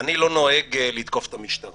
אני לא נוהג לתקוף את המשטרה,